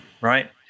right